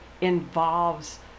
involves